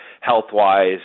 health-wise